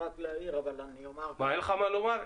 אין לך מה לומר?